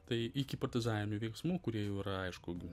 tai iki partizaninių veiksmų kurie jau yra aišku